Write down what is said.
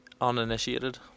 Uninitiated